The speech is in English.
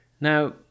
Now